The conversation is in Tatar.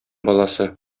баласы